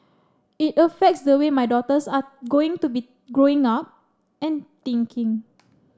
it affects the way my daughters are going to be Growing Up and thinking